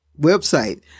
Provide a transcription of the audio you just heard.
website